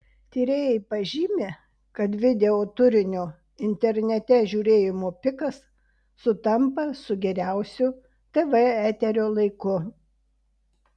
tyrėjai pažymi kad videoturinio internete žiūrėjimo pikas sutampa su geriausiu tv eterio laiku